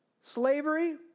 slavery